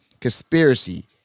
conspiracy